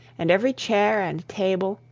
and every chair and table,